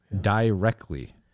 Directly